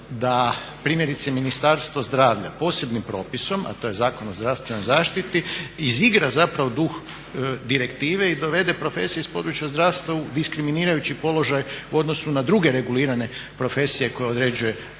da primjerice Ministarstvo zdravlja posebnim propisom a to je Zakon o zdravstvenoj zaštiti izigra zapravo duh direktive i dovede profesija iz područja zdravstva u diskriminirajući položaj u odnosu na druge regulirane profesije koje određuje ta